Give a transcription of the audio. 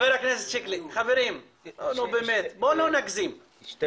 יש לי